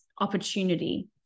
opportunity